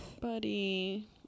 Buddy